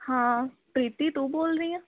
ਹਾਂ ਪ੍ਰੀਤੀ ਤੂੰ ਬੋਲ ਰਹੀ ਆ